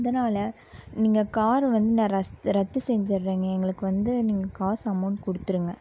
அதனால் நீங்கள் கார் வந்து ரஸ்த் ரத்து செஞ்சுட்றேங்க எங்களுக்கு வந்து நீங்கள் காசு அமௌண்ட் கொடுத்துருங்க